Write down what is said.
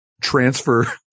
transfer